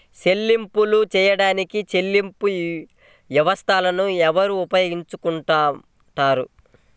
చెల్లింపులు చేయడానికి చెల్లింపు వ్యవస్థలను ఎవరు ఉపయోగించుకొంటారు?